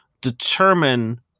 determine